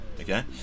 Okay